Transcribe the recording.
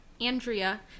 Andrea